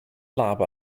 lab